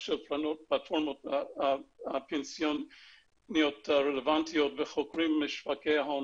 הקרנות הפנסיות הרלוונטיות וחוקרים משווקי הון